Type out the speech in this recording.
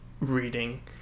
reading